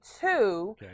two